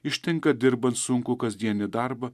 ištinka dirbant sunkų kasdienį darbą